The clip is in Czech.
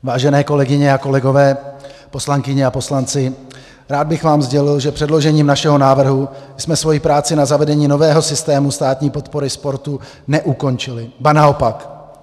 Vážené kolegyně a kolegové, poslankyně a poslanci, rád bych vám sdělil, že předložením našeho návrhu jsme svoji práci na zavedení nového systému státní podpory sportu neukončili, ba naopak.